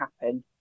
happen